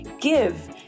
Give